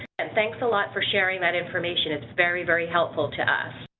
and thanks a lot for sharing that information. it's very, very helpful to us.